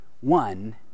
One